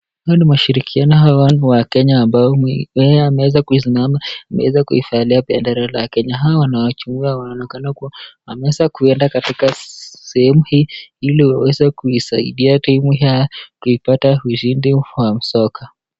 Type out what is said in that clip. Hao ni mashirikiano hao wa Kenya ambao wao wameweza kusimama, wameweza kuivalia bendera ya Kenya. Hao wanachukua wanaonekana kuwa wameweza kwenda katika sehemu hii ili waweze kuisaidia timu yao kuipata ushindi wa soka.